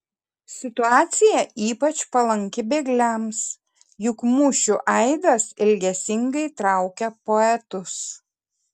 situacija ypač palanki bėgliams juk mūšių aidas ilgesingai traukia poetus